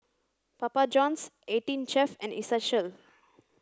Papa Johns eighteen Chef and Essential